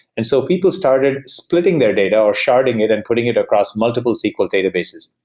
and so people started splitting their data or sharding it and putting it across multiple sql databases.